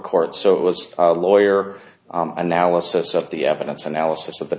court so it was lawyer analysis of the evidence analysis of the